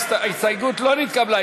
ההסתייגות לא נתקבלה.